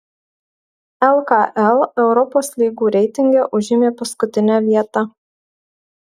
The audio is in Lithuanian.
lkl europos lygų reitinge užėmė paskutinę vietą